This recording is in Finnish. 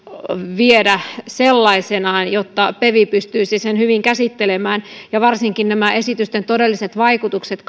viedä sellaisenaan jotta pev pystyisi sen hyvin käsittelemään ja varsinkin nämä esitysten todelliset vaikutukset